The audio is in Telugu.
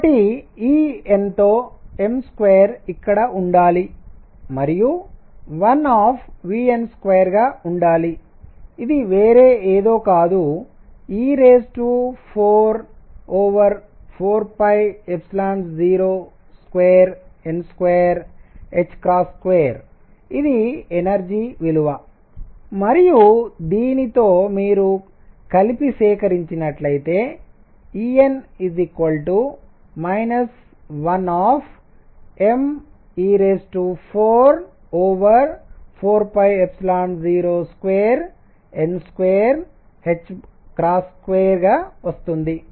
కాబట్టి En తో m2ఇక్కడ ఉండాలి మరియు 12vn2 గా ఉండాలి ఇది వేరే ఏదో కాదు e4402n22ఇది ఎనర్జీ విలువ మరియు దీనితో మీరు కలిపి సేకరించినట్లైతే En 12 me4402n22గా వస్తుంది